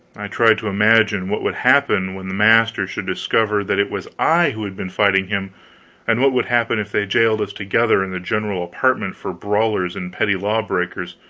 i tried to imagine what would happen when the master should discover that it was i who had been fighting him and what would happen if they jailed us together in the general apartment for brawlers and petty law-breakers,